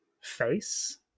face